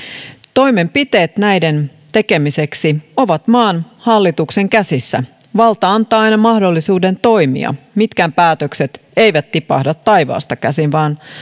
toimenpiteet näiden tekemiseksi ovat maan hallituksen käsissä valta antaa aina mahdollisuuden toimia mitkään päätökset eivät tipahda taivaasta käsin vaan